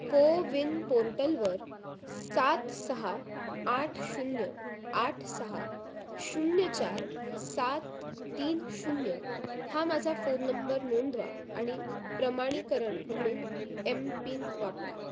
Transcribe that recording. को विन पोर्टलवर सात सहा आठ शून्य आठ सहा शून्य चार सात तीन शून्य हा माझा फोन नंबर नोंदवा आणि प्रमाणीकरण म्हणून एम पिन वापरा